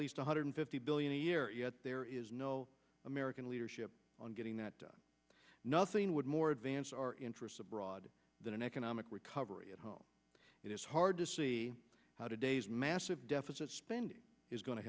least one hundred fifty billion a year yet there is no american leadership on getting that nothing would more advance our interests abroad than an economic recovery at home it is hard to see how today's massive deficit spending is go